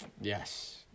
Yes